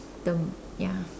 the ya